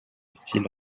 style